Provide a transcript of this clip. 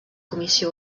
comissió